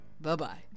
Bye-bye